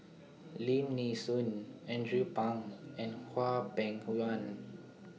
Lim Nee Soon Andrew Phang and Hwang Peng Yuan